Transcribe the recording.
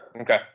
Okay